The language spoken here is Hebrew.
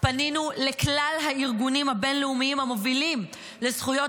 פנינו לכלל הארגונים הבין-לאומיים המובילים לזכויות